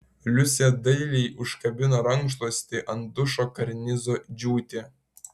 liusė dailiai užkabino rankšluostį ant dušo karnizo džiūti